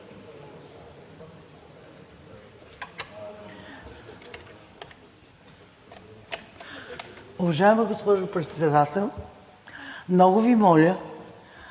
Уважаема госпожо Председател, много Ви моля